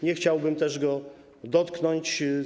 Nie chciałbym też go dotknąć.